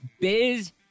Biz